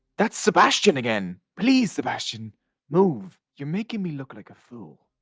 that's sebastian again, please sebastian move! you're making me look like a fool.